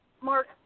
Mark